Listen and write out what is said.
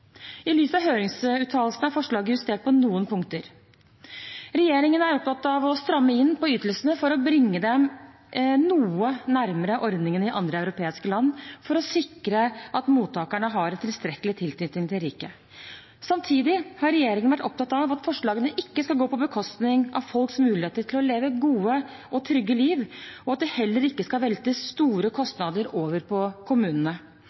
I lys av høringsuttalelsene er forslaget justert på noen punkter. Regjeringen er opptatt av å stramme inn på ytelsene for å bringe dem noe nærmere ordningene i andre europeiske land, for å sikre at mottakerne har en tilstrekkelig tilknytning til riket. Samtidig har regjeringen vært opptatt av at forslagene ikke skal gå på bekostning av folks muligheter til å leve gode og trygge liv, og at det heller ikke skal veltes store kostnader over på kommunene.